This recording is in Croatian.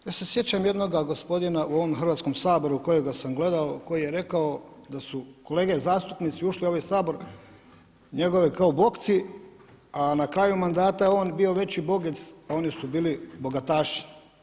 Ja se sjećam jednoga gospodina u ovom Hrvatskom saboru kojega sam gledao koji je rekao da su kolege zastupnici ušli u ovaj Sabor njegove kao bogci, a na kraju mandata je on bio veći bogec a oni su bili bogataši.